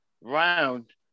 round